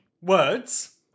words